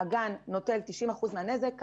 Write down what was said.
הגן לוקח על עצמו 90% מהנזק.